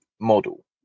model